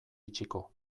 itxiko